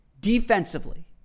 defensively